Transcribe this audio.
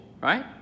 right